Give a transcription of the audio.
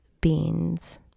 beans